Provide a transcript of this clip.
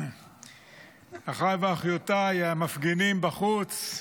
אחיי ואחיותיי המפגינים בחוץ,